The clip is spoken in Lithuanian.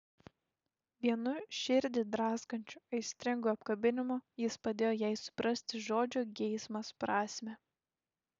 vienu širdį draskančiu aistringu apkabinimu jis padėjo jai suprasti žodžio geismas prasmę